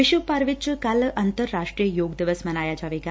ਵਿਸ਼ਵ ਭਰ ਚ ਕੱਲ੍ਹ ਅੰਤਰ ਰਾਸ਼ਟਰੀ ਯੋਗ ਦਿਵਸ ਮਨਾਇਆ ਜਾਏਗਾ